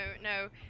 no